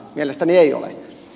mielestäni ei ole